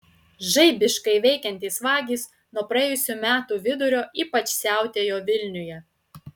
žaibiškai veikiantys vagys nuo praėjusių metų vidurio ypač siautėjo vilniuje